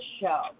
show